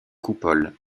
coupoles